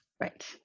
Right